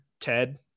Ted